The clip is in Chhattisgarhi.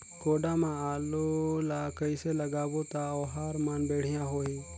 गोडा मा आलू ला कइसे लगाबो ता ओहार मान बेडिया होही?